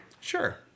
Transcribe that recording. Sure